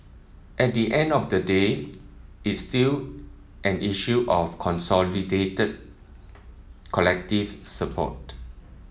at the end of the day it's still an issue of consolidated collective support